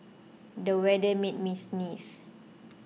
the weather made me sneeze